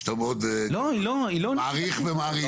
שאתה מאוד מעריך ומעריץ.